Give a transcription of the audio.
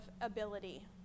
ability